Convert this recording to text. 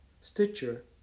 Stitcher